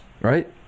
right